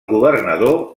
governador